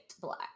black